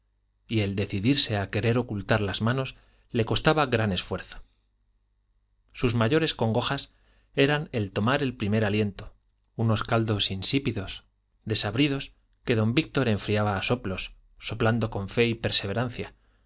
y el decidirse a querer ocultar las manos le costaba gran esfuerzo sus mayores congojas eran el tomar el primer alimento unos caldos insípidos desabridos que don víctor enfriaba a soplos soplando con fe y perseverancia